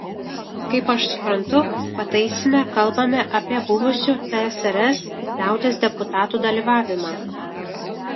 kaip aš suprantu pataisyme kalbame apie buvusių tsrs liaudies deputatų dalyvavimą